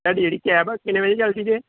ਤੁਹਾਡੀ ਜਿਹੜੀ ਕੈਬ ਆ ਕਿੰਨੇ ਵਜੇ ਚੱਲਦੀ ਜੇ